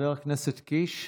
חבר הכנסת קיש.